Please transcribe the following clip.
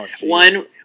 One